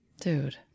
Dude